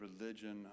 religion